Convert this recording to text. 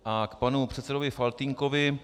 A k panu předsedovi Faltýnkovi.